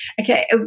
Okay